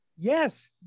Yes